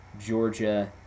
Georgia